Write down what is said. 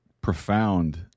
profound